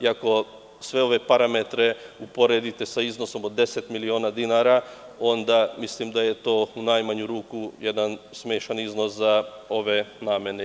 Ako sve ove parametre uporedite sa iznosom od 10 miliona dinara, onda mislim da je to, u najmanju ruku, jedan smešan iznos za ove namene.